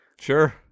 sure